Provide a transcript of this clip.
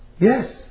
Yes